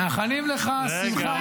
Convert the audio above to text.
מאחלים לך שמחה,